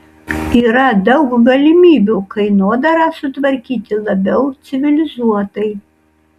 yra daug galimybių kainodarą sutvarkyti labiau civilizuotai